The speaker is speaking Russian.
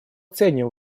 ценим